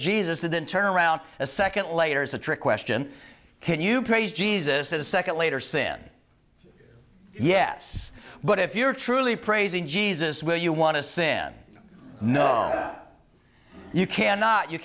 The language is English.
jesus and then turn around a second later is a trick question can you praise jesus as a second later sin yes but if you're truly praising jesus will you want to sin no you cannot you